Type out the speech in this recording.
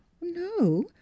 no